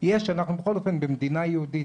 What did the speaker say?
אנחנו במדינה יהודית,